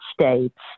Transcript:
States